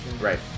Right